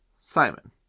Simon